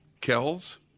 Kells